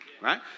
right